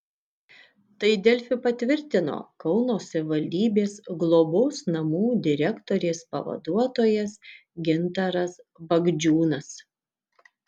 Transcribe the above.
tai delfi patvirtino kauno savivaldybės globos namų direktorės pavaduotojas gintaras bagdžiūnas